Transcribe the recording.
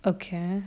okay